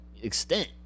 extent